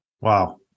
Wow